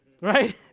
right